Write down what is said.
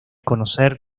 conocer